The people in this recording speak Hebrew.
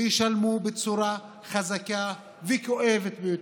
וישלמו בצורה חזקה וכואבת ביותר.